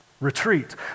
Retreat